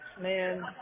man